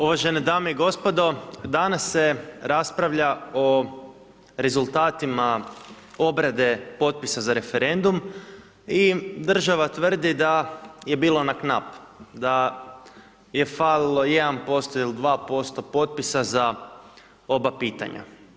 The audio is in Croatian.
Uvažene dame i gospodo, danas se raspravlja o rezultatima obrade potpisa za referendum i država tvrdi da je bilo na knap, da je falilo 1% ili 2% potpisa za oba pitanja.